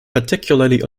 particularly